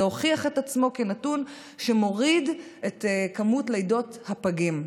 זה הוכיח את עצמו כנתון שמוריד את מספר לידות הפגים.